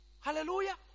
Hallelujah